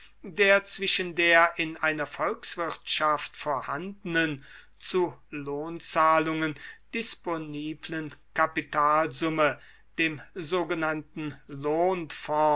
der zwischen der in einer volkswirtschaft vorhandenen zu lohnzahlungen disponiblen kapitalsumme dem sogenannten